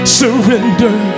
surrender